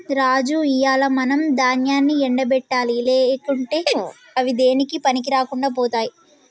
రాజు ఇయ్యాల మనం దాన్యాన్ని ఎండ పెట్టాలి లేకుంటే అవి దేనికీ పనికిరాకుండా పోతాయి